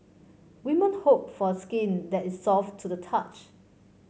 women hope for skin that is soft to the touch